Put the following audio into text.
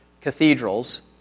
cathedrals